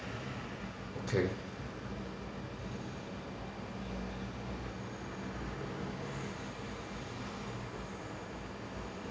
okay